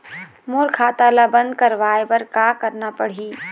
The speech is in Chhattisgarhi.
मोर खाता ला बंद करवाए बर का करना पड़ही?